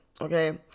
Okay